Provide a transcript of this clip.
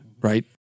right